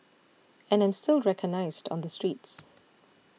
and I'm still recognised on the streets